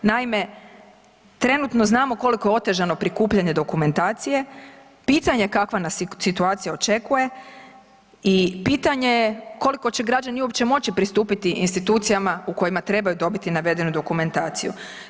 Naime, trenutno znamo koliko je otežano prikupljanje dokumentacije, pitanje je kakva nas situacija očekuje i pitanje je koliko će građani uopće moći pristupiti institucijama u kojima trebaju dobiti navedenu dokumentaciju.